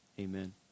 Amen